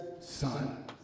son